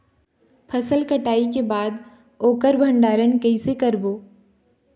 फसल कटाई के बाद ओकर भंडारण कइसे करबो?